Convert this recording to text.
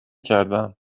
کردم